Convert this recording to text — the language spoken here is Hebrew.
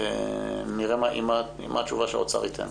ונראה מה התשובה שהאוצר ייתן.